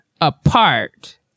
apart